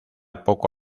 poco